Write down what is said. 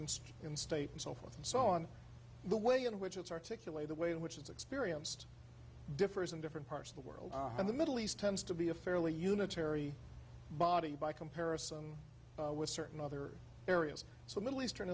state in state and so forth and so on the way in which it's articulate the way in which it's experienced differs in different parts of the world and the middle east tends to be a fairly unitary body by comparison with certain other areas so middle eastern